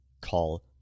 call